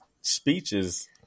speeches